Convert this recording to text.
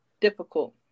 difficult